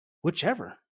whichever